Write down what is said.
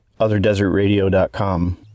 otherdesertradio.com